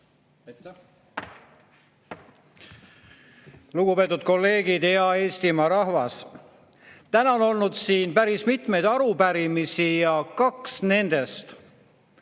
Lugupeetud kolleegid! Hea Eestimaa rahvas! Täna on olnud siin päris mitmeid arupärimisi ja kaks nendest,